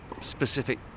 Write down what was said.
specific